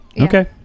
Okay